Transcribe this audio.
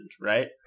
right